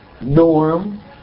norm